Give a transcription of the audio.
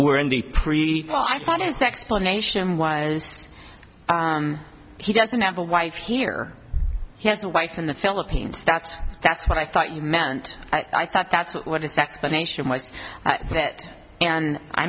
were in the pre my finest explanation was he doesn't have a wife here he has a wife in the philippines that's that's what i thought you meant i thought that's what is the explanation was that and i